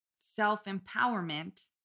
self-empowerment